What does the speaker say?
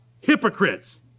hypocrites